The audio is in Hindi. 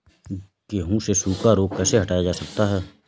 गेहूँ से सूखा रोग कैसे हटाया जा सकता है?